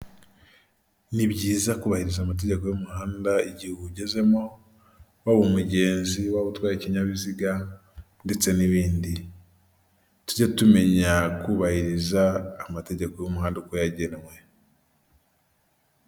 Amafaranga y'amadorari azinze mu mifungo akaba ari imifungo itandatu iyi mifungo uyibonye yaguhindurira ubuzima rwose kuko amadolari ni amafaranga menshi cyane kandi avunjwa amafaranga menshi uyashyize mumanyarwanda rero uwayaguha wahita ugira ubuzima bwiza.